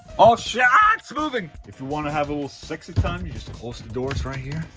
oh shit, ah it's moving if you want to have a little sexy time, you just close the doors right here